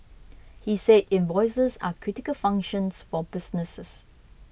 he said invoices are critical functions for businesses